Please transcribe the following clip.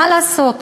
מה לעשות.